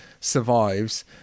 survives